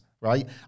right